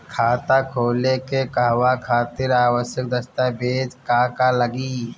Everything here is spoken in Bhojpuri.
खाता खोले के कहवा खातिर आवश्यक दस्तावेज का का लगी?